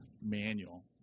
manual